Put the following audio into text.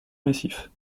massif